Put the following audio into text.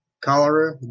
cholera